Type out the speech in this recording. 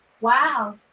Wow